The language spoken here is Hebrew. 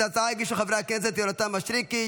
את ההצעה הגישו חברי הכנסת יונתן מישרקי,